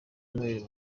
noheli